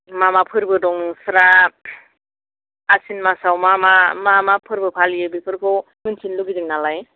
मा मा फोरबो दं नोंस्रा आसिन मासआव मा मा मा मा फोरबो फालियो बेफोरखौ मोनथिनो लुगैदों नालाय